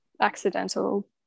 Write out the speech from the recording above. accidental